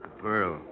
Pearl